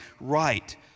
right